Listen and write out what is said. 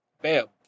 Bam